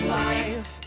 life